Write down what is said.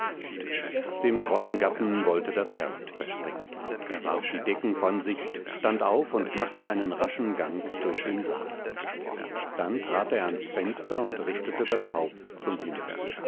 dem treuen gatten wollte das herz zerspringen er warf die decken von sich stand auf und machte einen raschen gang durch den saal dann trat er ans fenster und richtete das haupt zum himmel